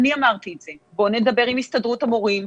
אני אמרתי את זה; בואו נדבר עם הסתדרות המורים,